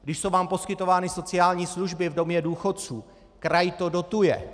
Když jsou vám poskytovány sociální služby v domově důchodců, kraj to dotuje.